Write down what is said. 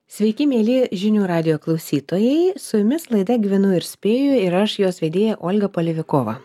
sveiki mieli žinių radijo klausytojai su jumis laida gyvenu ir spėju ir aš jos vedėja olga palivikova